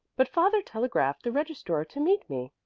but father telegraphed the registrar to meet me.